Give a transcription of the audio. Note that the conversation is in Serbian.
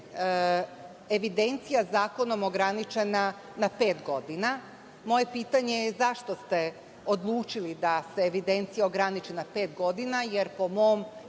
evidencija zakonom ograničena na pet godina. Moje pitanje je – zašto ste odlučili da se evidencija ograniči na pet godina, jer po mom